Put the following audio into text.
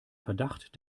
verdacht